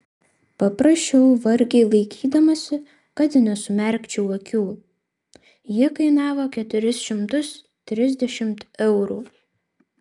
paprašiau vargiai laikydamasi kad nesumerkčiau akių ji kainavo keturis šimtus trisdešimt eurų